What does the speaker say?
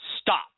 Stop